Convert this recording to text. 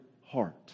heart